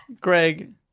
Greg